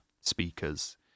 speakers